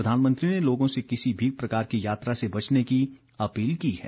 प्रधानमंत्री ने लोगों से किसी भी प्रकार की यात्रा से बचने की अपील की है